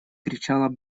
кричала